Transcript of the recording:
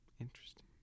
interesting